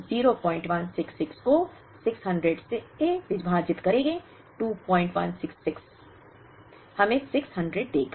0166 को 600 में विभाजित करके 2166 हमें 600 देगा